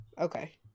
Okay